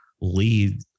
lead